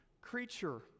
creature